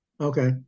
okay